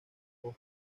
ojo